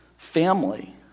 family